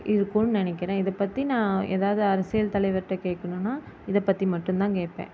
இருக்கும்னு நினைக்கிறேன் இதை பற்றி நான் எதாவது அரசியல் தலைவர்கிட்ட கேட்குணுனா இதை பற்றி மட்டுந்தான் கேட்பேன்